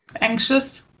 Anxious